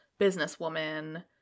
businesswoman